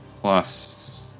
plus